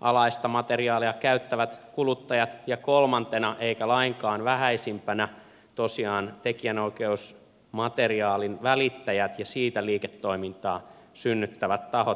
alaista materiaalia käyttävät kuluttajat ja kolmantena eikä lainkaan vähäisimpänä tosiaan tekijänoikeusmateriaalin välittäjät ja siitä liiketoimintaa synnyttävät tahot ja toimijat